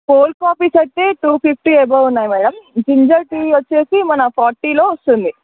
cold coffees అయితే two fifty above ఉన్నాయి madam ginger tea వచ్చి మన ఫార్టీలో వస్తుంది